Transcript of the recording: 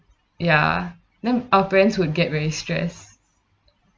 ya then our brains would get very stressed